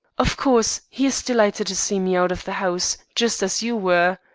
of course he is delighted to see me out of the house, just as you were.